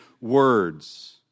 words